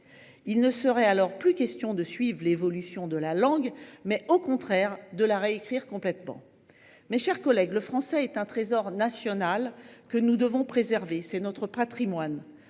Il ne serait alors plus question de suivre l’évolution de la langue, mais, au contraire, de la réécrire complètement. Mes chers collègues, le français est un trésor national que nous devons préserver. C’est notre patrimoine.